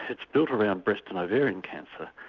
it's built around breast and ovarian cancer,